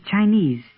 Chinese